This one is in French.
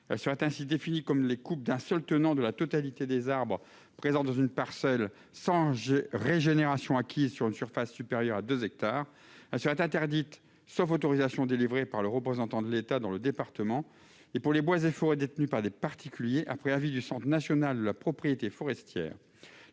Elles seraient ainsi définies « comme les coupes d'un seul tenant de la totalité des arbres d'une parcelle sans régénération acquise, d'une surface supérieure à deux hectares ». Elles seraient interdites, sauf « autorisation délivrée par le représentant de l'État dans le département et pour les bois et forêts des particuliers, après avis du Centre national de la propriété forestière